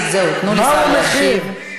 מספיק, זהו, תנו לשר להשיב.